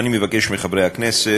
אני מבקש מחברי הכנסת,